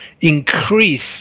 increase